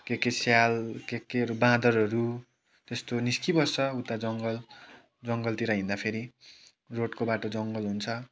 के के स्याल के केहरू बाँदरहरू त्यस्तो निस्किबस्छ उता जङ्गल जङ्गलतिर हिँड्दाखेरि रोडको बाटो जङ्गल हुन्छ